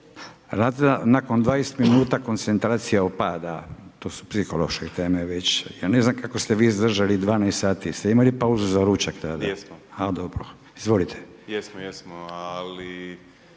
da nakon 20 minuta koncentracija opada, to su psihološke teme već. Ja ne znam kako ste vi izdržali 12h. Jeste li imali pauzu za ručak tada? …/Upadica Grbin: Jesmo./… A dobro.